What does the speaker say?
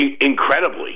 incredibly